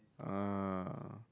ah